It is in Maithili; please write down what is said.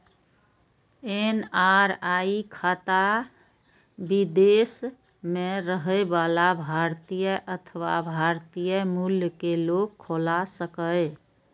एन.आर.आई खाता विदेश मे रहै बला भारतीय अथवा भारतीय मूल के लोग खोला सकैए